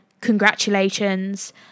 congratulations